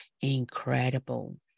incredible